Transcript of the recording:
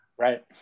right